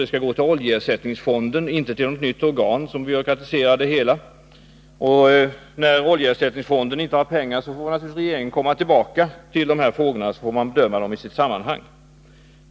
Det skall gå till oljeersättningsfonden, inte till något nytt organ som byråkratiserar det hela. När det inte finns pengar i oljeersättningsfonden, får regeringen komma tillbaka till de här frågorna, och vi får då pröva dem i deras sammanhang.